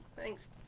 Thanks